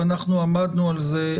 ואנחנו עמדנו על זה,